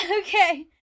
okay